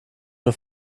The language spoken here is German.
nur